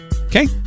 Okay